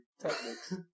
techniques